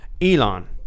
Elon